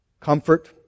comfort